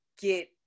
get